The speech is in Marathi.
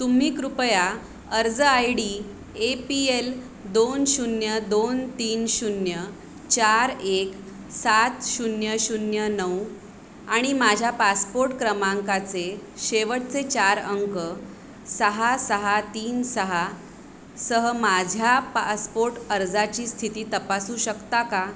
तुम्ही कृपया अर्ज I D A P L दोन शून्य दोन तीन शून्य चार एक सात शून्य शून्य नऊ आणि माझ्या पासपोर्ट क्रमांकाचे शेवटचे चार अंक सहा सहा तीन सहा सह माझ्या पासपोर्ट अर्जाची स्थिती तपासू शकता का